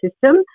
system